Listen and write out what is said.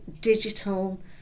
digital